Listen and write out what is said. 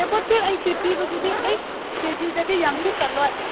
ꯁꯦꯕꯣꯠꯇꯨ ꯑꯩꯠꯇꯤ ꯄꯤꯕꯗꯨꯗꯤ ꯑꯩꯁ ꯀꯦ ꯖꯤꯗꯗꯤ ꯌꯥꯝꯁꯨ ꯆꯜꯂꯣꯏ